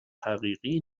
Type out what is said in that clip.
حقیقی